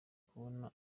kubona